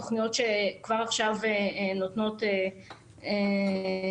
תכניות שכבר עכשיו נותנות פירות.